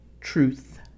truth